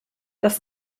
das